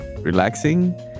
Relaxing